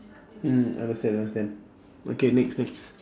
mm understand understand okay next next